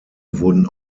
wurden